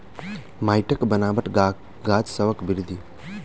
माइटक बनाबट गाछसबक बिरधि केँ कोन रूप सँ परभाबित करइत अछि?